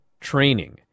training